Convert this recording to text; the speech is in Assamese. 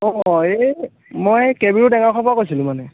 অঁ এই মই কে বি ৰোড টেঙাখোৱাৰ পৰা কৈছিলোঁ মানে